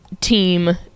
team